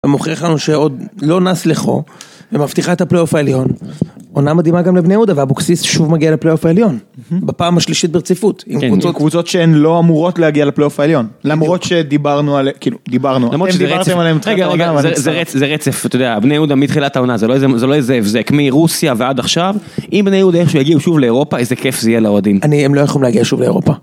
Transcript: הוא מוכיח לנו שעוד לא נס לחו ומבטיחה את הפלייאוף העליון. עונה מדהימה גם לבני יהודה ואבוקסיס שוב מגיע לפלייאוף העליון. בפעם השלישית ברציפות עם קבוצות שהן לא אמורות להגיע לפלייאוף העליון. למרות שדיברנו על... כאילו דיברנו, אתם דיברתם עליהם... רגע רגע, זה רצף, זה רצף, אתה יודע, בני יהודה מתחילת העונה, זה לא איזה הבזק, מרוסיה ועד עכשיו, אם בני יהודה איך שהוא יגיעו שוב לאירופה, איזה כיף זה יהיה לאוהדים. הם לא יכולים להגיע שוב לאירופה.